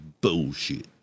bullshit